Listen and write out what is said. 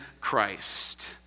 Christ